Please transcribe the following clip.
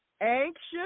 anxious